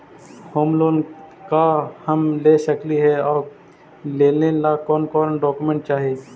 Home loan का हम ले सकली हे, और लेने ला कोन कोन डोकोमेंट चाही?